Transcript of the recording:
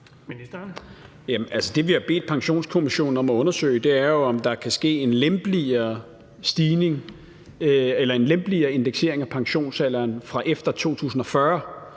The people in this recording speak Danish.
det, vi har bedt Pensionskommissionen om at undersøge, er jo, om der kan ske en lempeligere indeksering af pensionsalderen fra efter 2040.